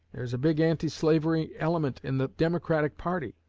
there's a big anti-slavery element in the democratic party,